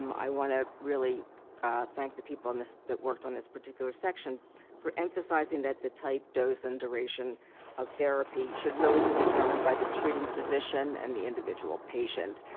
um i want to really thank the people and that worked on this particular section for emphasizing that the type, dose, and duration of therapy should really be determined by the treating physician and the individual patient.